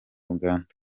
uganda